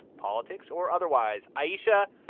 politics or otherwise. ayesha,